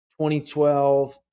2012